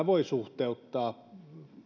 voi suhteuttaa